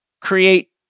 create